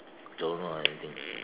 don't know anything